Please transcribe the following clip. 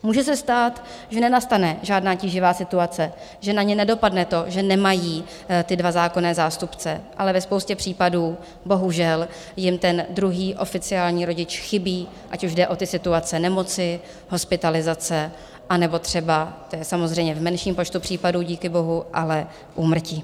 Může se stát, že nenastane žádná tíživá situace, že na ně nedopadne to, že nemají ty dva zákonné zástupce, ale ve spoustě případů bohužel jim druhý oficiální rodič chybí, ať už jde o situace nemoci, hospitalizace, anebo třeba, to je samozřejmě v menším počtu případů, díkybohu, ale úmrtí.